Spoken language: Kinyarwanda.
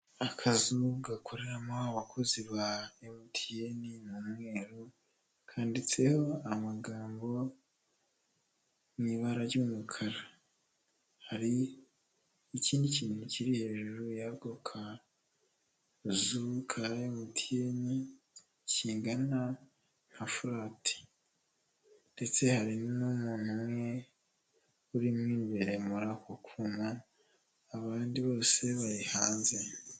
Akazu gakoreramo abakozi ba emutiyene ni umweru, kanditseho amagambo mu ibara ry'umukara, hari ikindi kintu kiri hejuru y'ako kazu ka emutiyene kingana nka furati, ndetse hari n'umuntu umwe urimo imbere muri kuntu abandi bose bari hanze.